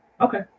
Okay